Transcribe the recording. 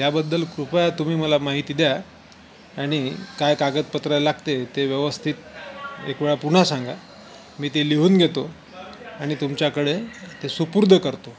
याबद्दल कृपया तुम्ही मला माहिती द्या आणि काय कागदपत्रं लागते ते व्यवस्थित एक वेळा पुन्हा सांगा मी ते लिहून घेतो आणि तुमच्याकडे ते सुपूर्द करतो